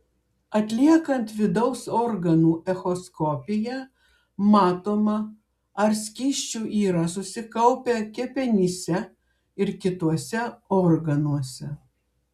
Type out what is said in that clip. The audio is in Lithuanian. atliekant vidaus organų echoskopiją matoma ar skysčių yra susikaupę kepenyse ir kituose organuose